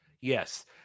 Yes